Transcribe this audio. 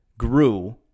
grew